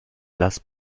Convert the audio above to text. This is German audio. blass